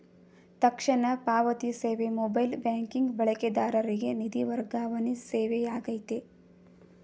ತಕ್ಷಣ ಪಾವತಿ ಸೇವೆ ಮೊಬೈಲ್ ಬ್ಯಾಂಕಿಂಗ್ ಬಳಕೆದಾರರಿಗೆ ನಿಧಿ ವರ್ಗಾವಣೆ ಸೇವೆಯಾಗೈತೆ